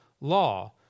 law